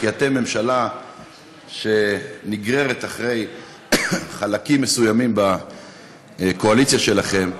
כי אתם ממשלה שנגררת אחרי חלקים מסוימים בקואליציה שלכם,